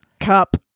cup